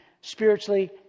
spiritually